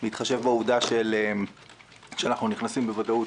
בהתחשב בעובדה שאנחנו נכנסים בוודאות